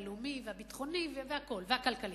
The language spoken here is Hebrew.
הלאומי והביטחוני והכלכלי.